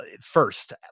first